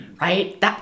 right